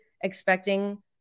expecting